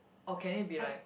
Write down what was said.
or can it be like